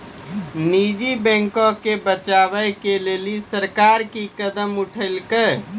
निजी बैंको के बचाबै के लेली सरकार कि कदम उठैलकै?